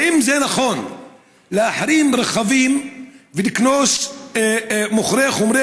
האם זה נכון להחרים רכבים ולקנוס מוכרי חומרי